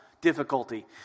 Difficulty